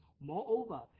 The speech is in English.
moreover